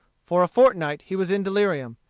for a fortnight he was in delirium,